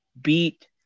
beat